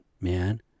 man